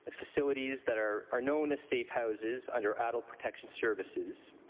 ah facilities that are are known as safe houses under adult protection services.